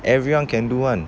everyone can do [one]